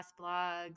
blogs